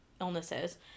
illnesses